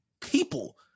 people